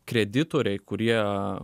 kreditoriai kurie